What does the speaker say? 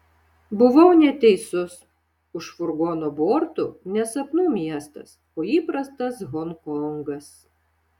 buvau neteisus už furgono bortų ne sapnų miestas o įprastas honkongas